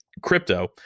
crypto